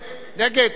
נגד.